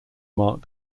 mark